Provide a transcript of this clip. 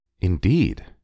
Indeed